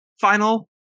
final